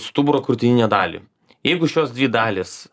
stuburo krūtininę dalį jeigu šios dvi dalys